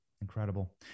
incredible